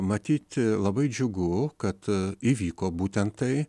matyt labai džiugu kad įvyko būtent tai